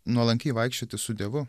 nuolankiai vaikščioti su dievu